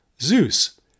Zeus